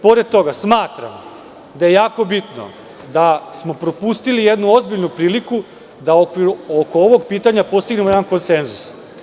Pored toga, smatram da je jako bitno što smo propustili jednu ozbiljnu priliku da u okviru ovog pitanja postignemo jedan konsenzus.